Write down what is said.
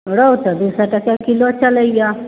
रोहु तऽ दू सए टके किलो चलैया